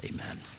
Amen